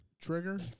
Trigger